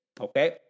Okay